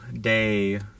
day